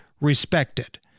respected